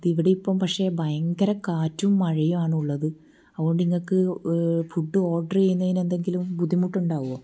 അത് ഇവിടെ ഇപ്പം പക്ഷേ ഭയങ്കര കാറ്റും മഴയാണ് ഉള്ളത് അതുകൊണ്ട് ഇങ്ങക്ക് ഫുഡ് ഓഡർ ചെയ്യുന്നതിന് എന്തെങ്കിലും ബുദ്ധിമുട്ട് ഉണ്ടാവോ